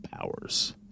powers